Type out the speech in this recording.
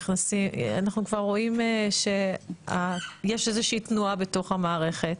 אנחנו כבר רואים שיש איזושהי תנועה בתוך המערכת,